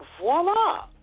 voila